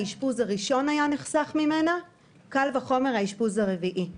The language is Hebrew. האשפוז הראשון היה נחסך ממנה וקל וחומר האשפוז הרביעי.